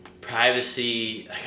privacy